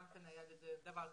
גם כן היה לי דבר כזה,